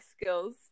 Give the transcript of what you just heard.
skills